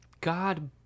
God